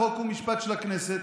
חוק ומשפט של הכנסת